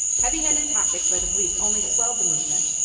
heavy handed tactics by the police only swelled the movement,